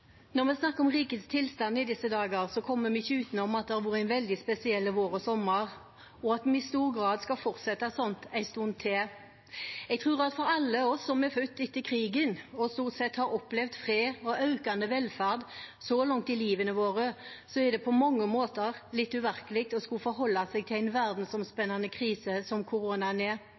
rikets tilstand i disse dager, kommer vi ikke utenom at det har vært en veldig spesiell vår og sommer, og at vi i stor grad skal fortsette sånn en stund til. Jeg tror at for alle oss som er født etter krigen, og sånn sett har opplevd fred og økende velferd så langt i livene våre, er det på mange måter litt uvirkelig å skulle forholde seg til en verdensomspennende krise som koronaen er.